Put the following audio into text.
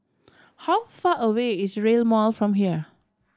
how far away is Rail Mall from here